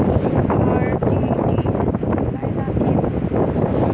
RTGS सँ की फायदा होइत अछि?